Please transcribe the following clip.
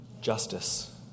Justice